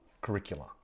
curricula